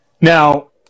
Now